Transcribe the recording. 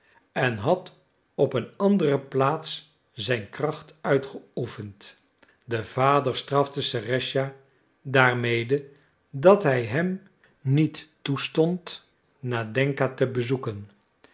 en had op een andere plaats zijn kracht uitgeoefend de vader strafte serëscha daarmede dat hij hem niet toestond nadenka te bezoeken